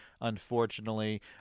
unfortunately